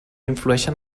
influeixen